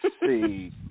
see